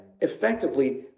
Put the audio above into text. effectively